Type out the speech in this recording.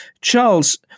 Charles